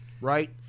right